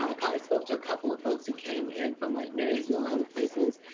i spoke to a couple of folks who came in from like marysville and other places.